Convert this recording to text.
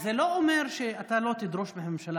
זה לא אומר שאתה לא תדרוש מהממשלה